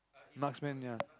marksman ya